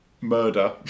murder